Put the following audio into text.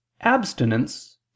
abstinence